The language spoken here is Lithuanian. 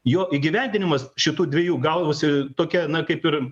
jo įgyvendinimas šitų dviejų gaudavosi tokia na kaip ir